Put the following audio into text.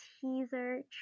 teaser